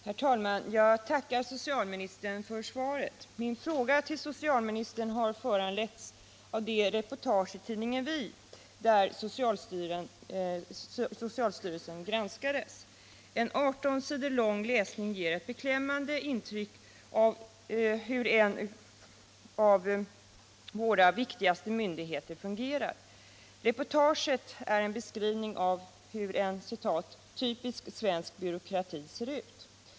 Herr talman! Jag tackar socialministern för svaret. Min fråga till socialministern har föranletts av det reportage i tidningen Vi där socialstyrelsen granskades. En 18 sidor lång läsning ger ett beklämmande intryck av hur en av våra viktigaste myndigheter fungerar. Reportaget är en beskrivning av hur en ”typisk svensk byråkrati” ser ut.